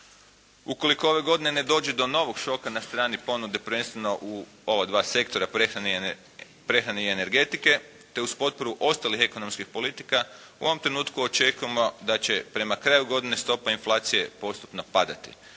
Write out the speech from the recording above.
Ukoliko ove godine ne dođe do novog šoka na strani ponude prvenstveno u ova dva sektora prehrane i energetike te uz potporu ostalih ekonomskih politika u ovom trenutku očekujemo da će prema kraju godine stopa inflacije postupno padati.